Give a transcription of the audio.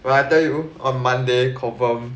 well I tell you on monday confirm